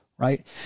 Right